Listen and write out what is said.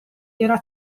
era